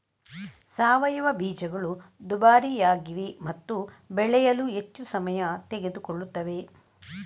ಸಾವಯವ ಬೀಜಗಳು ದುಬಾರಿಯಾಗಿವೆ ಮತ್ತು ಬೆಳೆಯಲು ಹೆಚ್ಚು ಸಮಯ ತೆಗೆದುಕೊಳ್ಳುತ್ತವೆ